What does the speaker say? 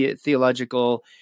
theological